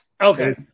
Okay